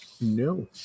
No